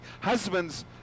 husbands